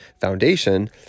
Foundation